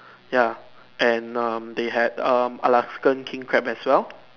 ya and um they had um Alaskan king crab as well